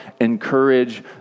encourage